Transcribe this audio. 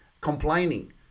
complaining